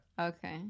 Okay